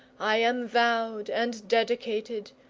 i am vowed and dedicated,